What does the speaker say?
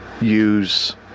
use